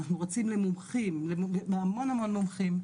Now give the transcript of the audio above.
אנחנו רצים למומחים להמון מומחים,